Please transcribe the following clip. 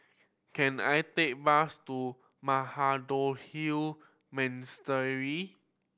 can I take a bus to Mahabodhi